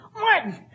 Martin